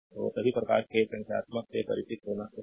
तो सभी प्रकार के संख्यात्मक से परिचित होना चाहिए